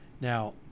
Now